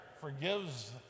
forgives